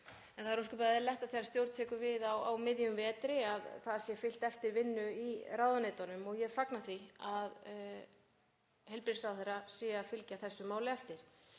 Það er ósköp eðlilegt að þegar stjórn tekur við á miðjum vetri þá sé fylgt eftir vinnu í ráðuneytunum og ég fagna því að heilbrigðisráðherra sé að fylgja þessu máli eftir